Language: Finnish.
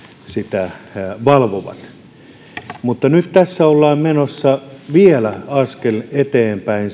sitä valvovat nyt tässä ollaan menossa vielä askel eteenpäin